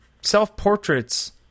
self-portraits